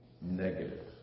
Negative